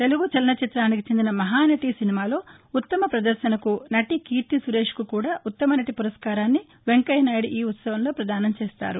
తెలుగు చలన చిత్రానికి చెందిన మహానటి సినిమాలో ఉత్తమపదర్భన కు నటి కీర్తిసురేష్కు కూడా ఉత్తమనటి పురస్కారాన్ని వెంకయ్యనాయుడు ఈ ఉత్సవంలో పదానం చేస్తారు